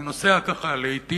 אני נוסע לאטי,